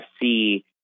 see